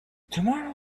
tomorrow